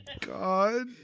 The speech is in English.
God